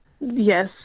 Yes